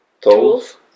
tools